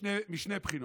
משתי בחינות.